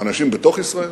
אנשים בתוך ישראל,